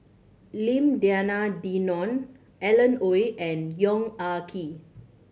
Lim Denan Denon Alan Oei and Yong Ah Kee